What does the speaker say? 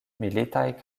militaj